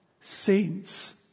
saints